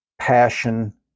passion